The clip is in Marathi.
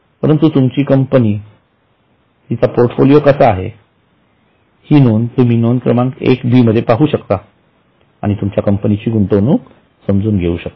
परंतु तुमच्या कंपनी चा पोर्टफोलिओ कसा आहे हे तुम्ही नोंद क्रमांक १ बी मध्ये पाहू शकता आणि तुमच्या कंपनीची गुंतवणूक समजून घेऊ शकता